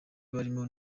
barimo